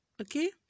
Okay